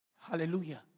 Hallelujah